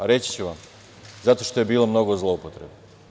Reći ću vam – zato što je bilo mnogo zloupotreba.